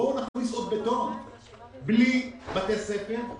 בואו נכניס עוד בטון וכל זה בלי בתי ספר,